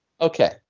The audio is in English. Okay